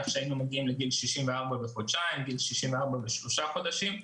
שהיינו מגיעים לגיל 64 וחודשיים או גיל 64 ושלושה חודשים,